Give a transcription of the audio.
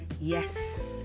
Yes